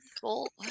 cool